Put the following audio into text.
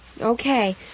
Okay